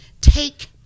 take